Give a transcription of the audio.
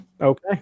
Okay